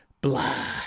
blah